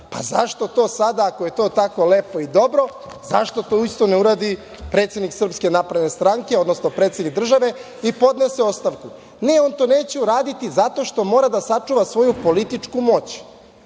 zašto to sada ako je to tako lepo i dobro, zašto to isto ne uradi predsednik SNS, odnosno predsednik države i podnese ostavku. Ne, on to neće uraditi zato što mora da sačuva svoju političku moć,